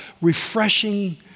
refreshing